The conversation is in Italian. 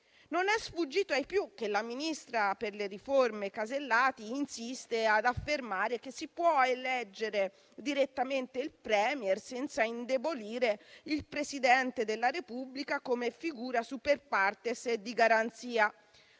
Non è sfuggito ai più che la ministra per le riforme Alberti Casellati insiste ad affermare che si può eleggere direttamente il *Premier* senza indebolire il Presidente della Repubblica come figura *super partes* e di garanzia.